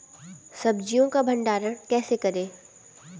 सब्जियों का भंडारण कैसे करें?